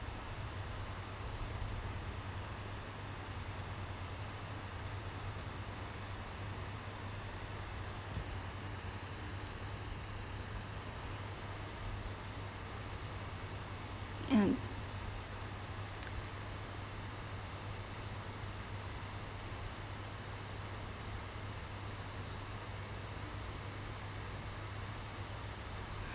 um